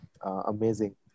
amazing